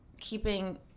keeping